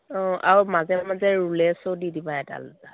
অঁ আৰু মাজে মাজে ৰুলেক্সো দি দিবা এডাল দুডাল